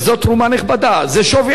אתם לוקחים רק תרומות כספיות,